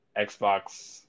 xbox